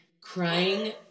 crying